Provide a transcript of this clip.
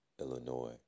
Illinois